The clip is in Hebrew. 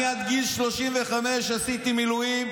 אני עד גיל 35 עשיתי מילואים,